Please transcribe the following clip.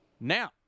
Now